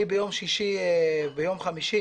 ביום חמישי